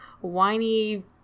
whiny